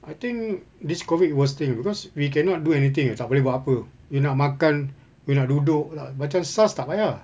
I think this COVID worst thing because we cannot do anything tak boleh buat apa you nak makan you nak duduk lah macam SARS tak payah